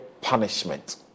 punishment